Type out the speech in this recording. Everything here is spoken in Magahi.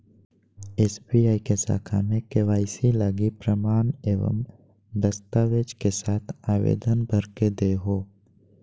एस.बी.आई के शाखा में के.वाई.सी लगी प्रमाण एवं दस्तावेज़ के साथ आवेदन भर के देहो